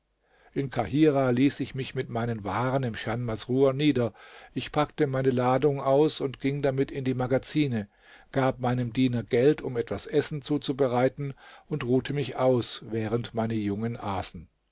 in kahirah ließ ich mich mit meinen waren im chan masrur nieder ich packte meine ladung aus und ging damit in die magazine gab meinem diener geld um etwas essen zuzubereiten und ruhte mich aus während meine jungen aßen